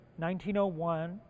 1901